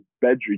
bedroom